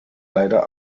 leider